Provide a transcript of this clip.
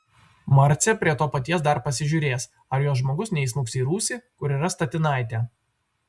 marcė prie to paties dar pasižiūrės ar jos žmogus neįsmuks į rūsį kur yra statinaitė